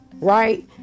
Right